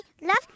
love